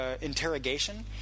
interrogation